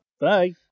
Bye